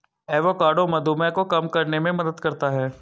avocado मधुमेह को कम करने में मदद करता है